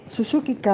Suzuki